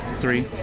three.